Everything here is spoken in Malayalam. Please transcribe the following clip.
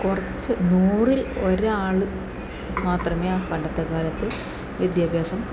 കുറച്ച് നൂറിൽ ഒരാൾ മാത്രമേ പണ്ടത്തെ കാലത്ത് വിദ്യാഭ്യാസം